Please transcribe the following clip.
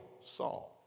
Saul